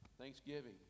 Thanksgiving